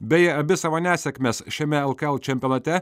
beje abi savo nesėkmes šiame lkl čempionate